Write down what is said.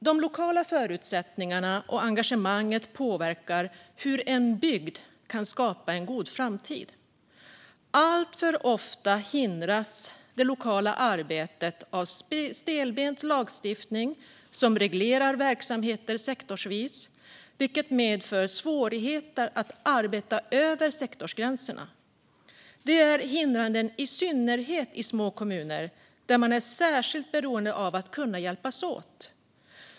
De lokala förutsättningarna och det lokala engagemanget påverkar hur en bygd kan skapa en god framtid. Alltför ofta hindras dock det lokala arbetet av stelbent lagstiftning som reglerar verksamheter sektorsvis, vilket medför svårigheter att arbeta över sektorsgränserna. Det är hindrande i synnerhet i små kommuner där man är särskilt beroende av att kunna hjälpas åt.